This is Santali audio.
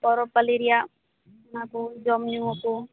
ᱯᱚᱨᱚᱵ ᱯᱟ ᱞᱤ ᱨᱮᱭᱟᱜ ᱚᱱᱟᱠᱚ ᱡᱚᱢ ᱧᱩ ᱠᱚ